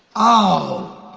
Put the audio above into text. oh.